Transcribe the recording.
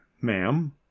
ma'am